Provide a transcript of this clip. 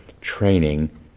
training